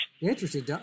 Interesting